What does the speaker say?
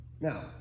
Now